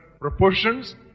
proportions